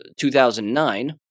2009